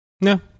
No